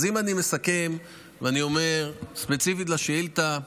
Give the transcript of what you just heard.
אז אם אני מסכם ואומר: ספציפית לשאילתה,